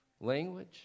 language